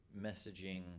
messaging